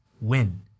win